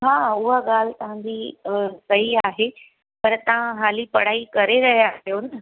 हा उहा ॻाल्हि तव्हां जी सही आहे पर तव्हां हाली पढ़ाई करे रहिया आहियो न